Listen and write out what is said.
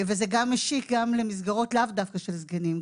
זה משיק גם למסגרות לאו דווקא של זקנים,